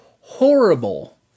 horrible